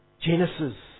Genesis